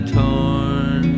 torn